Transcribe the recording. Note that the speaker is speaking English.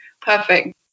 perfect